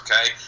okay